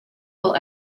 will